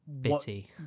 Bitty